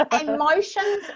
emotions